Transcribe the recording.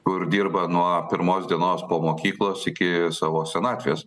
kur dirba nuo pirmos dienos po mokyklos iki savo senatvės